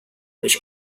which